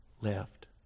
left